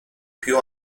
più